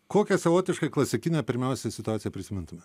kokią savotiškai klasikinę pirmiausia situaciją prisimintume